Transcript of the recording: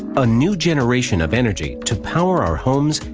a new generation of energy, to power our homes,